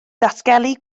datgelu